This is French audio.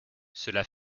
cela